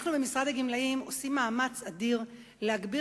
אנחנו במשרד הגמלאים עושים מאמץ אדיר להגביר